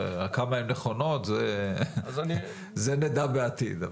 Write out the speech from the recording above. אבל כמה הן נכונות נדע בעתיד.